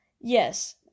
Yes